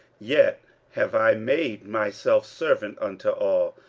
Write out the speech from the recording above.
yet have i made myself servant unto all,